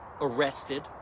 arrested